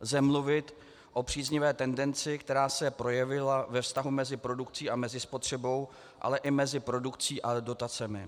Lze mluvit o příznivé tendenci, která se projevila ve vztahu mezi produkcí a spotřebou, ale i mezi produkcí a dotacemi.